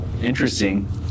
interesting